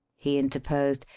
he interposed.